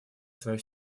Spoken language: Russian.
свою